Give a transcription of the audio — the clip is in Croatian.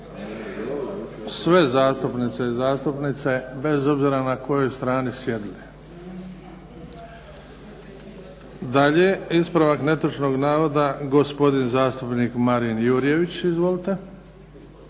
sve zastupnice i zastupnike bez obzira na kojoj strani sjedili. Dalje, ispravak netočnog navoda gospodin zastupnik Marin Jurjević. Izvolite.